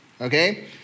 okay